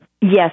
Yes